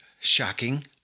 Shocking